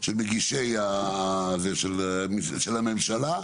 של מגישי הזה הממשלה,